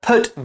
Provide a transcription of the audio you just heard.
Put